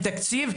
עם תקציב,